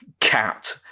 cat